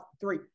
three